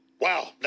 Wow